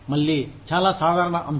మళ్లీ నీ చాలా చాలా సాధారణ అంశం